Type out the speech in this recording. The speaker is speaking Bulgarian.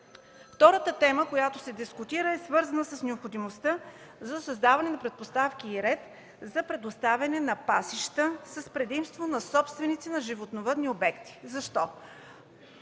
Втората тема, която се дискутира, е свързана с необходимостта за създаване на предпоставки и ред за предоставяне на пасища с предимство на собственици на животновъдни обекти. Защо?